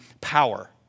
power